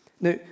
Now